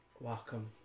Welcome